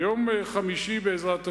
ביום חמישי, בעזרת השם,